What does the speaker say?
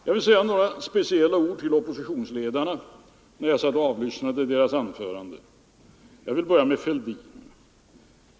Jag vill säga några speciella ord till oppositionsledarna efter att ha avlyssnat deras anföranden, och jag börjar med herr Fälldin.